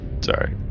Sorry